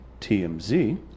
TMZ